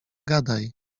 gadaj